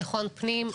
ביטחון פנים,